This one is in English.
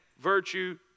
virtue